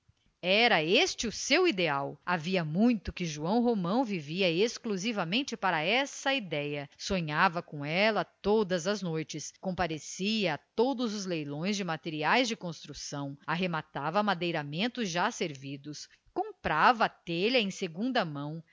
era este o seu ideal havia muito que joão romão vivia exclusivamente para essa idéia sonhava com ela todas as noites comparecia a todos os leilões de materiais de construção arrematava madeiramentos já servidos comprava telha em segunda mão